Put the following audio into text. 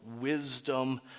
wisdom